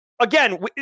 again